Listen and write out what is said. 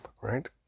right